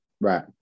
Right